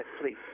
please